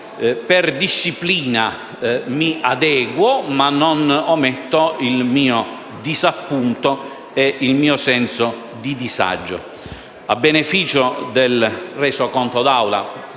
per disciplina mi adeguo, ma non ometto il mio disappunto e il mio senso di disagio.